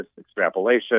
extrapolation